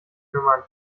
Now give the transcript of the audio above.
kümmern